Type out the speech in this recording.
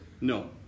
no